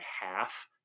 half